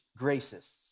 gracists